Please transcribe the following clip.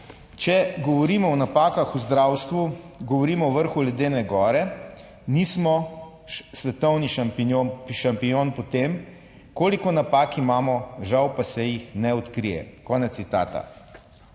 "Če govorimo o napakah v zdravstvu, govorimo o vrhu ledene gore, nismo svetovni šampion po tem koliko napak imamo, žal pa se jih ne odkrije.", konec citata.